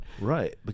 Right